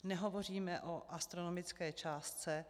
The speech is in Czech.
Nehovoříme o astronomické částce.